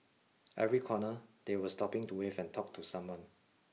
every corner they were stopping to wave and talk to someone